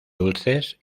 dulces